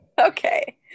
Okay